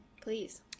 Please